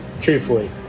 truthfully